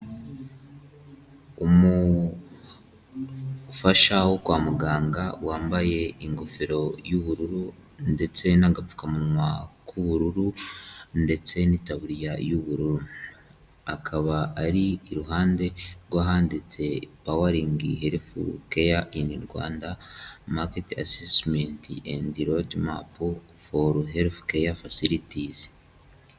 Umufasha wo kwa muganga wambaye ingofero y'ubururu ndetse n'agapfukamunwa k'ubururu ndetse n'itaburiya y'ubururu. Akaba ari iruhande rw'ahanditse Powering Healthcare in Rwanda, Market assessment and Roadmap for Healfcare facilities.